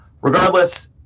Regardless